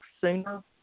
sooner